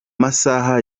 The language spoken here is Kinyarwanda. masaha